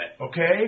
Okay